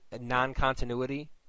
non-continuity